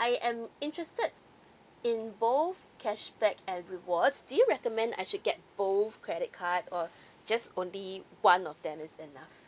I am interested in both cashback and rewards do you recommend I should get both credit card or just only one of them is enough